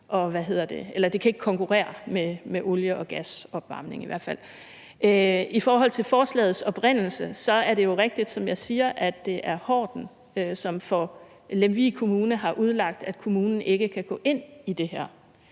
ikke kan konkurrere med olie- og gasopvarmning. I forhold til forslagets oprindelse er det jo rigtigt, hvad jeg siger, nemlig at det er Horten, som for Lemvig Kommune har udlagt, at kommunen ikke kan gå ind i det her.